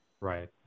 Right